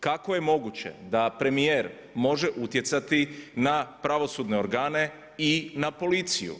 Kako je moguće da premijer može utjecati na pravosudne organe i na policiju?